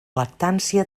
lactància